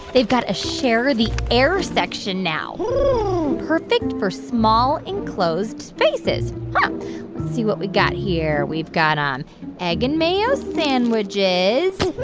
they've got a share the air section now perfect for small, enclosed spaces. huh. let's see what we got here. we've got um egg and mayo sandwiches